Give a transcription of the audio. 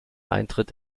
eintritt